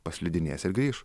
paslidinės ir grįš